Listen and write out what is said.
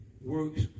works